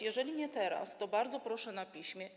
Jeżeli nie teraz, to bardzo proszę na piśmie.